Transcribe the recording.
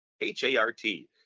H-A-R-T